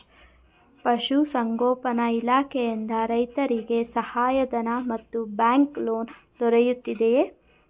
ಪಶು ಸಂಗೋಪನಾ ಇಲಾಖೆಯಿಂದ ರೈತರಿಗೆ ಸಹಾಯ ಧನ ಮತ್ತು ಬ್ಯಾಂಕ್ ಲೋನ್ ದೊರೆಯುತ್ತಿದೆಯೇ?